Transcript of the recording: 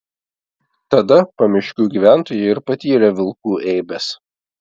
tada pamiškių gyventojai ir patyrė vilkų eibes